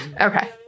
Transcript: okay